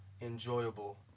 enjoyable